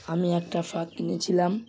আমি একটা ফ্রক কিনেছিলাম